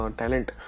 talent